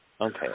Okay